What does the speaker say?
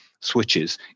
switches